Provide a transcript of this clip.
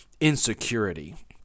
insecurity